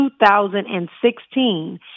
2016